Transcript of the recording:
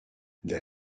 that